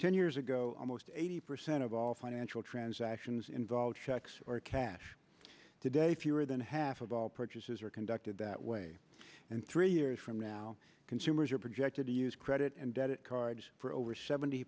ten years ago almost eighty percent of all financial transactions involve checks or cash today fewer than half of all purchases are conducted that way and three years from now consumers are projected to use credit and debit cards for over seventy